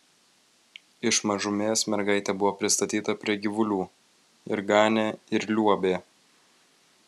iš mažumės mergaitė buvo pristatyta prie gyvulių ir ganė ir liuobė